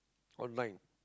online